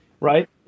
right